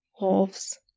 wolves